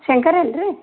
ಶಂಕರ್ ಅಲ್ಲ ರೀ